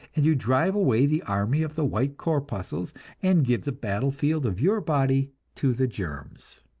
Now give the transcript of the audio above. and you drive away the army of the white corpuscles, and give the battlefield of your body to the germs.